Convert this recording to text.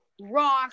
rock